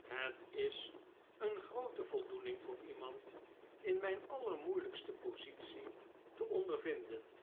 het is een groote voldoening voor iemand in mijn allermoeilijkste positie te ondervinden